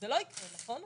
זה לא יקרה, נכון?